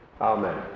Amen